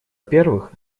первых